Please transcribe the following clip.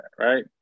right